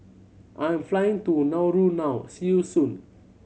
I'm flying to Nauru now see you soon